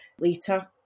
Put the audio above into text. later